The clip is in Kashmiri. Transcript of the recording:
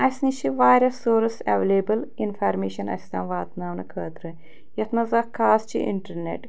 اَسہِ نِش چھِ واریاہ سورٕس اٮ۪ولیبٕل اِنفارمیشَن اَسہِ تام واتناونہٕ خٲطرٕ یَتھ منٛز اَکھ خاص چھِ اِنٹَرنٮ۪ٹ